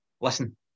Listen